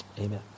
Amen